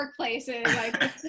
workplaces